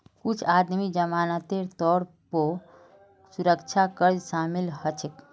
कुछू आदमी जमानतेर तौरत पौ सुरक्षा कर्जत शामिल हछेक